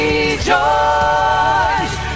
Rejoice